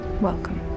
Welcome